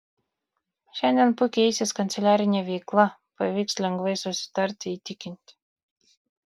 šiandien puikiai eisis kanceliarinė veikla pavyks lengvai susitarti įtikinti